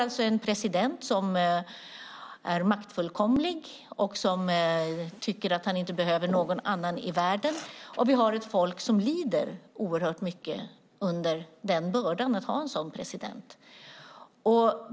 Det finns en maktfullkomlig president som tycker att han inte behöver någon annan i världen, och det finns ett folk som lider oerhört mycket under bördan av en sådan president.